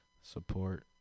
support